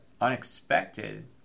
unexpected